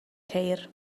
ceir